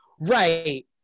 Right